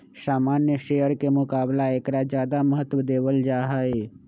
सामान्य शेयर के मुकाबला ऐकरा ज्यादा महत्व देवल जाहई